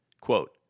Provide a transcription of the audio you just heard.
Quote